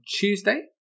Tuesday